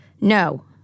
No